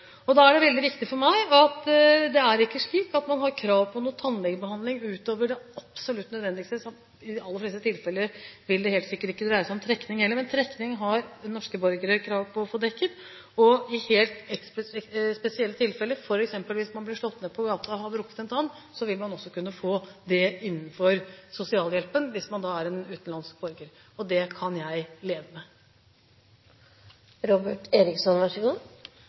Da er det veldig viktig for meg at det ikke er slik at man har krav på tannlegebehandling utover det absolutt nødvendige. I de aller fleste tilfeller vil det helt sikkert ikke dreie seg om trekking, heller. Trekking har norske borgere krav på å få dekket. I helt spesielle tilfeller, f.eks. hvis man blir slått ned på gaten og har brukket en tann, vil man kunne få dekket det innenfor sosialhjelpen også hvis man er en utenlandsk borger. Det kan jeg leve